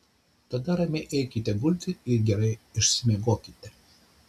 tada ramiai eikite gulti ir gerai išsimiegokite